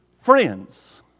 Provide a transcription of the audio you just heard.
friends